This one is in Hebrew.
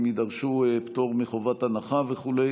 אם יידרשו פטור מחובת הנחה וכו'.